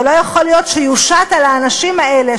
אבל לא יכול להיות שיושת על האנשים האלה,